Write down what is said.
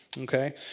Okay